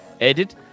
edit